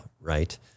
right